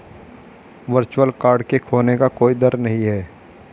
virtual card के खोने का कोई दर नहीं है